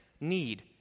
need